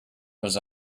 was